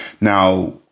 Now